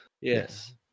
yes